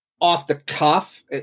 off-the-cuff